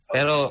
Pero